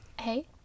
Hey